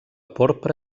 porpra